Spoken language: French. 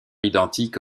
identique